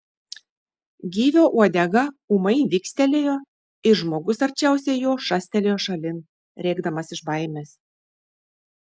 gyvio uodega ūmai vikstelėjo ir žmogus arčiausiai jo šastelėjo šalin rėkdamas iš baimės